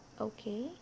okay